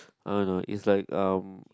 uh no is like uh